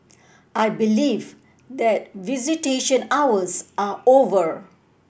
I believe that visitation hours are over